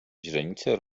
źrenice